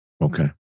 okay